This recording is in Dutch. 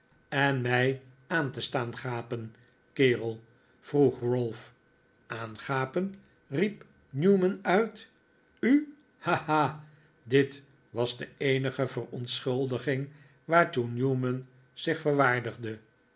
en mij aan te staan gapen kerel vroeg ralph aangapen riep newman uit u ha ha dit was de eenige verontschuldiging waartoe newman zich verwaardigde